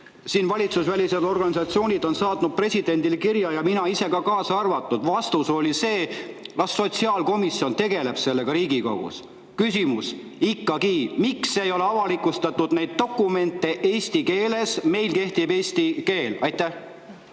Valitsusvälised organisatsioonid on saatnud presidendile kirja, mina ise ka kaasa arvatud, vastus oli see: las sotsiaalkomisjon tegeleb sellega Riigikogus. Küsimus: miks ikkagi ei ole avalikustatud neid dokumente eesti keeles? Meil kehtib eesti keel. Aitäh,